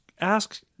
Ask